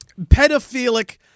pedophilic